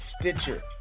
Stitcher